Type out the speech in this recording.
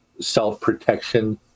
self-protection